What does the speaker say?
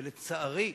ולצערי,